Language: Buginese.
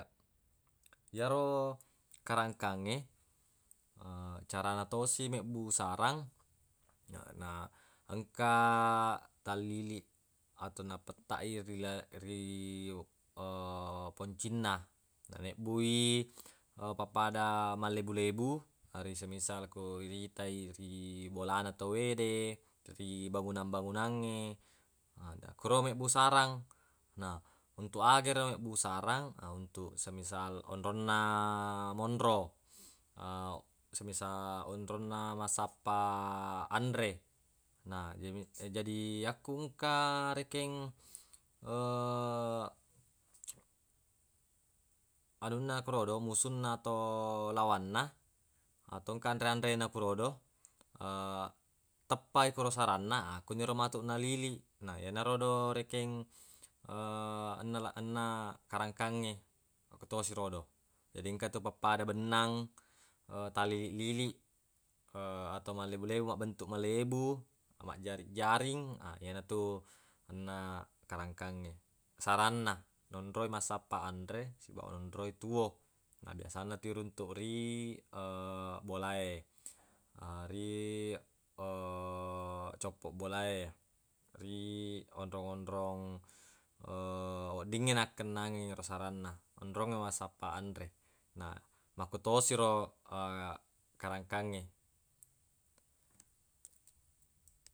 Yero karangkangnge carana tosi mebbu sarang na engka talliliq atau napettaq i yero ri- poncinna nanebbui pappada mallebu-lebu areq semisal ko iritai ri bolana tawwe de ri bangunang-bangunangnge na akkero mibbu sarang na untuq aga ero mibbu sarang na untuk semisal onronna monro semisal onronna massappa anre na jadi jadi yakku engka rekeng anunna korodo musunna atau lawanna atau engka anre-anre na korodo teppai koro saranna akkoniro matuq naliliq na yenarodo rekeng ennala- enna karangkangnge makkutosi rodo jadi engka tu pappada bennang talliliq-liliq atau mallebu-lebu mabbentuq malebu majjari-jaring na yenatu enna karangkangnge saranna nonroi massappa anre sibawa nonroi tuwo na biasanna ku iruntuq ri bolae ri coppoq bolae ri onro-onrong weddingnge nakkenangi ero saranna onrongnge massappa anre na makkutosi ro karangkangnge.